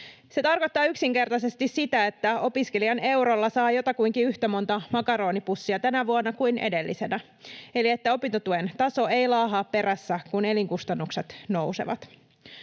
Se tarkoittaa yksinkertaisesti sitä, että opiskelijan eurolla saa jotakuinkin yhtä monta makaronipussia tänä vuonna kuin edellisenä eli että opintotuen taso ei laahaa perässä, kun elinkustannukset nousevat.